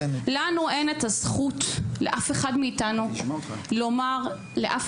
לנו אין את הזכות לאף אחד מאיתנו לומר לאף